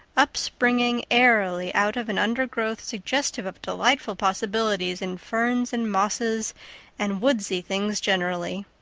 upspringing airily out of an undergrowth suggestive of delightful possibilities in ferns and mosses and woodsy things generally.